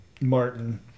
Martin